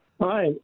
Hi